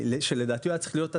שלדעתי היה צריך להיות,